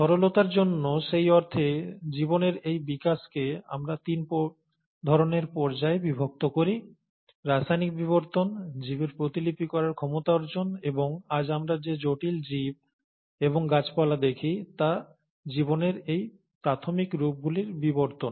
সরলতার জন্য সেই অর্থে জীবনের এই বিকাশকে আমরা তিন ধরণের পর্যায়ে বিভক্ত করি রাসায়নিক বিবর্তন জীবের প্রতিলিপি করার ক্ষমতা অর্জন এবং আজ আমরা যে জটিল জীব এবং গাছপালা দেখি তা জীবনের এই প্রাথমিক রূপগুলির বিবর্তন